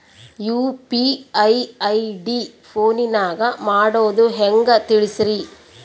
UPI ID ಫೋನಿನಾಗ ಮಾಡೋದು ಹೆಂಗ ತಿಳಿಸ್ರಿ?